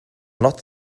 not